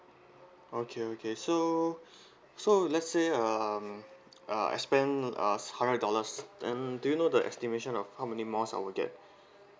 okay okay so so let's say um uh I spent uh hundred dollar then do you know the estimation of how many miles I will get